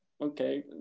Okay